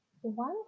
One